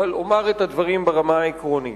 אבל אומר את הדברים ברמה העקרונית.